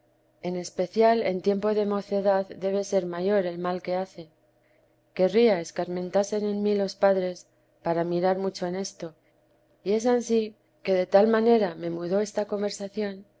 en especial en tiempo de mocedad debe ser mayor el mal que hace querría escarmentasen en mí los padres para mirar mucho en esto y es ansí que de tal manera me mudó esta conversación